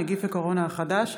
נגיף הקורונה החדש),